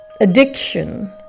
addiction